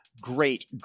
great